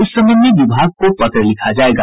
इस संबंध में विभाग को पत्र लिखा जायेगा